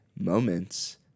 moments